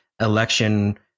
election